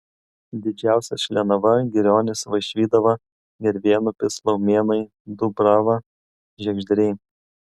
didžiausias šlienava girionys vaišvydava gervėnupis laumėnai dubrava žiegždriai